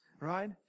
right